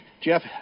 Jeff